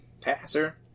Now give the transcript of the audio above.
passer